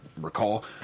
recall